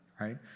right